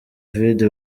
vidi